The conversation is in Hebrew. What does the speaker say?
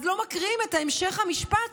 אז לא מקריאים את המשך המשפט,